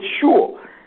sure